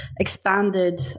expanded